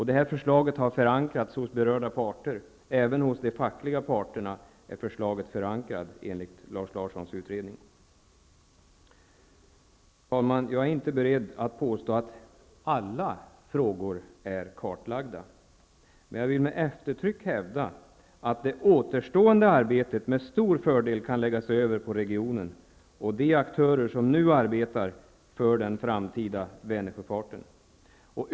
Det här förslaget har förankrats hos berörda parter, även hos de fackliga parterna, enligt Lars Herr talman! Jag är inte beredd att påstå att alla frågor är kartlagda. Jag vill dock med eftertryck hävda att det återstående arbetet med stor fördel kan läggas över på regionen och de aktörer som nu arbetar för den framtida Vänersjöfarten.